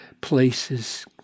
places